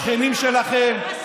הרי זה אצלך, ראש